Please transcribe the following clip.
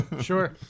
Sure